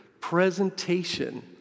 presentation